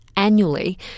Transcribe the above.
Annually